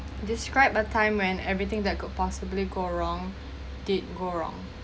describe a time when everything that could possibly go wrong did go wrong